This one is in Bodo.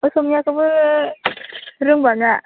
असमियाखोबो रोंबाङा